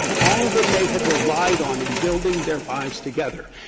all that they had relied on in building their lives together.